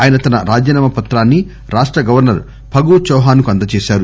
ఆయన తన రాజీనామా పత్రాన్ని రాష్ట గవర్నర్ ఫగు చౌహాన్ కు అందజేశారు